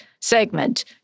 segment